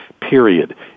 period